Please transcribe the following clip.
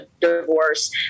divorce